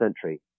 century